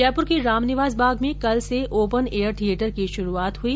जयपुर के रामनिवास बाग में कल से ओपन एयर थियेटर की शुरूआत हुई